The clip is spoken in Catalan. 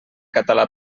català